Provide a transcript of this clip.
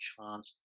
chance